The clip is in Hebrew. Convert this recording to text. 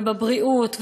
ובבריאות,